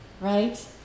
right